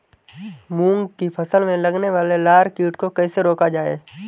मूंग की फसल में लगने वाले लार कीट को कैसे रोका जाए?